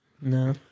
No